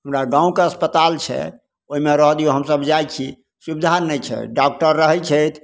हमरा गामके अस्पताल छै ओहिमे रहऽ दिऔ हमसभ जाइ छी सुविधा नहि छै डॉकटर रहै छथि